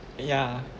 yeah